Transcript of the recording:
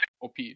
OP